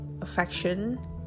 affection